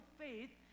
faith